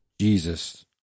Jesus